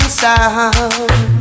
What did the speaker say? sound